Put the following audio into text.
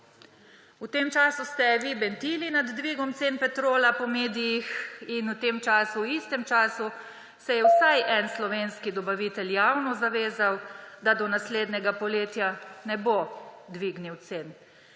V tem času ste vi bentili nad dvigom cen Petrola po medijih in v tem istem času se je vsaj en slovenski dobavitelj javno zavezal, da do naslednjega poletja ne bo dvignil cen.